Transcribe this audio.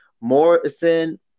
Morrison